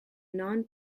non